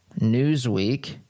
Newsweek